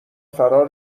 فرا